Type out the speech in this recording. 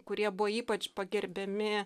kurie buvo ypač pagerbiami